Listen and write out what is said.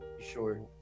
Sure